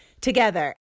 together